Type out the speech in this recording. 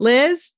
Liz